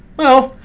well,